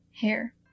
Hair